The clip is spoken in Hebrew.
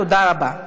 תודה רבה.